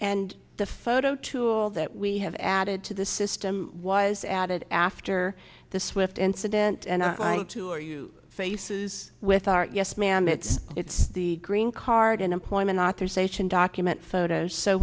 and the photo tool that we have added to the system was added after the swift incident and two are you faces with our yes ma'am it's it's the green card and employment authorization document photos so